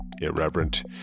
irreverent